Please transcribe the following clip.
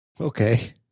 okay